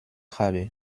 habe